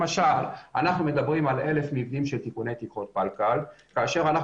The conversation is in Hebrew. למשל אנחנו מדברים על 1,000 מבנים של תיקוני תקרות פלקל כאשר אנחנו